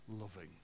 loving